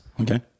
Okay